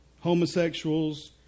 homosexuals